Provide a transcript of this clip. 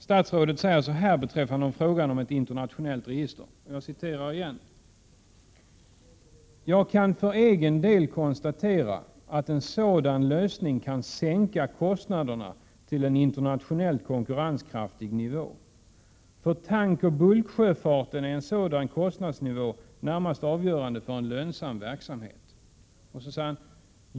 Statsrådet säger så här beträffande frågan om ett internationellt register: ”Jag kan för egen del konstatera att en sådan lösning kan sänka kostnaderna till en internationellt konkurrenskraftig nivå. För tankoch bulksjöfarten är en sådan kostnadsnivå närmast avgörande för en lönsam verksamhet.